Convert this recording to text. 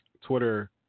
Twitter